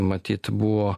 matyt buvo